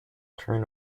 turn